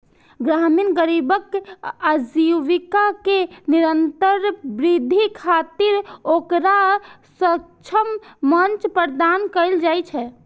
ग्रामीण गरीबक आजीविका मे निरंतर वृद्धि खातिर ओकरा सक्षम मंच प्रदान कैल जाइ छै